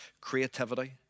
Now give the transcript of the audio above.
creativity